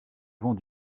vent